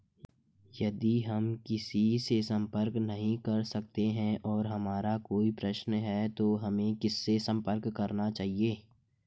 यदि हम किसी से संपर्क नहीं कर सकते हैं और हमारा कोई प्रश्न है तो हमें किससे संपर्क करना चाहिए?